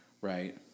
Right